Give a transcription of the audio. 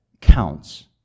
counts